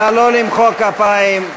נא לא למחוא כפיים.